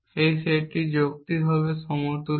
এই সেটটি যৌক্তিকভাবে এর সমতুল্য